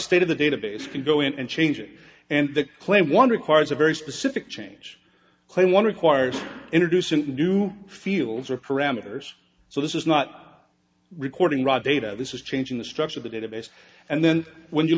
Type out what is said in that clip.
state of the database can go in and change it and the claim one requires a very specific change claim one requires introducing new fields or parameters so this is not recording raw data this is changing the structure of the database and then when you